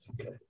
Okay